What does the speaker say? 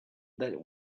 that